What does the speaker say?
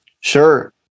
Sure